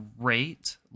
great